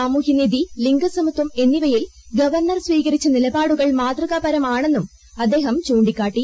സാമൂഹ്യ നീതി ലിംഗസമത്വം എന്നിവയിൽ ഗവർണർ സ്വീകരിച്ച നിലപാടുകൾ മാതൃകാപരമാണെന്നും അദ്ദേഹം ചൂണ്ടിക്കാട്ടി